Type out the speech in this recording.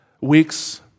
weeks